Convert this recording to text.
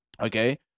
okay